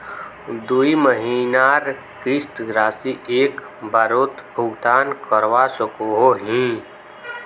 दुई महीनार किस्त राशि एक बारोत भुगतान करवा सकोहो ही?